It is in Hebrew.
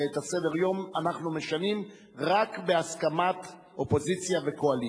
ואת סדר-היום אנחנו משנים רק בהסכמת האופוזיציה והקואליציה.